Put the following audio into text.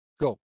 Go